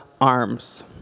arms